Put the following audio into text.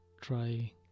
Try